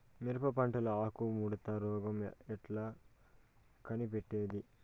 మిరప పంటలో ఆకు ముడత రోగం ఎట్లా కనిపెట్టేది?